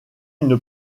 une